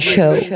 Show